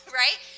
right